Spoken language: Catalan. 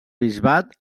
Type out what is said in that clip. bisbat